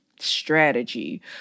strategy